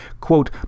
Quote